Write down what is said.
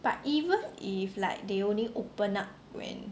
but even if like they only open up when